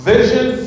Vision